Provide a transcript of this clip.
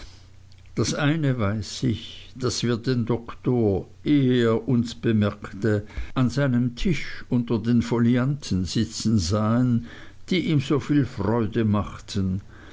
das eine weiß ich daß wir den doktor ehe er uns bemerkte an seinem tisch unter den folianten sitzen sahen die ihm soviel freude machten